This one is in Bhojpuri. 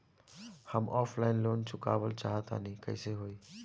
हम ऑफलाइन लोन चुकावल चाहऽ तनि कइसे होई?